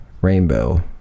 rainbow